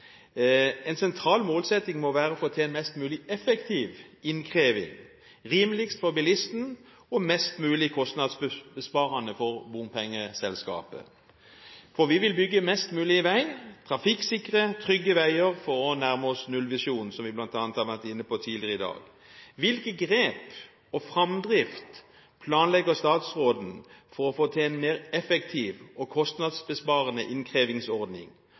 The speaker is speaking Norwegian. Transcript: En sentral målsetting må være å få til en mest mulig effektiv innkreving – rimeligst for bilisten og mest mulig kostnadsbesparende for bompengeselskapet. For vi vil bygge mest mulig vei – trafikksikre, trygge veier for å nærme oss nullvisjonen som vi bl.a. har vært inne på tidligere i dag. Hvilke grep og hvilken framdrift planlegger statsråden for å få til en mer effektiv og kostnadsbesparende innkrevingsordning?